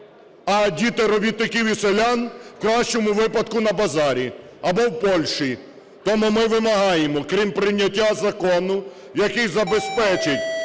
а діти робітників і селян, в кращому випадку, на базарі або в Польщі. Тому ми вимагаємо, крім прийняття закону, який забезпечить